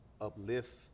uplift